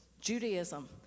Judaism